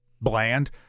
bland